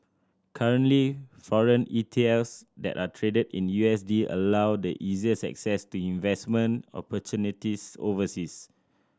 currently foreign ETLs that are traded in U S D allow the easiest access to investment opportunities overseas